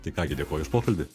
tai ką gi dėkoju už pokalbį